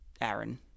Aaron